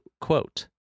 quote